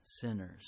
sinners